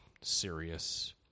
serious